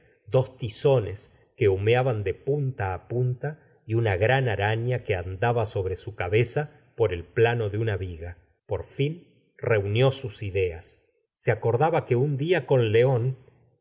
dos tizones que humeaban de punta á punta y una grande araña que andaba sobre su cabeza por el plano de una viga por fin reunió sus ideas se acordaba que un día con leon